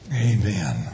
Amen